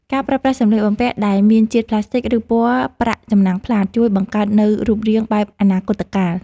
ការប្រើប្រាស់សម្ភារៈដែលមានជាតិផ្លាស្ទិក ឬពណ៌ប្រាក់ចំណាំងផ្លាតជួយបង្កើតនូវរូបរាងបែបអនាគតកាល។